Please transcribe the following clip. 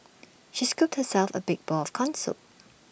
she scooped herself A big bowl of Corn Soup